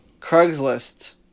Craigslist